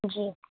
جی